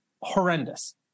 horrendous